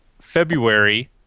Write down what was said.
February